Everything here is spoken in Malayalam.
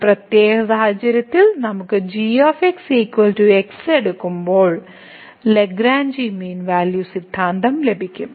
ഈ പ്രത്യേക സാഹചര്യത്തിൽ നമ്മൾ g x എടുക്കുമ്പോൾ നമുക്ക് ലഗ്രാഞ്ചി മീൻ വാല്യൂ സിദ്ധാന്തം ലഭിക്കും